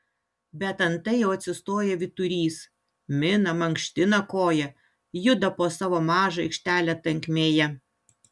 bet antai jau atsistoja vyturys mina mankština koją juda po savo mažą aikštelę tankmėje